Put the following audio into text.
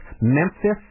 Memphis